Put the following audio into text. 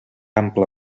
ampla